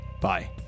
bye